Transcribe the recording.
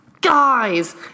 Guys